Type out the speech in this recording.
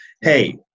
Hey